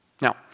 Now